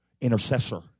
Intercessor